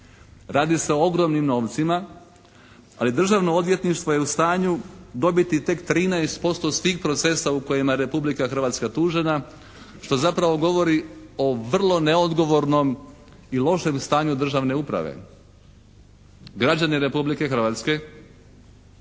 Radi se o ogromnim novcima ali Državno odvjetništvo je u stanju dobiti tek 13% od svih procesa u kojima je Republika Hrvatska tužena što zapravo govori o vrlo neodgovornom i lošem stanju državne uprave. Građani Republike Hrvatske,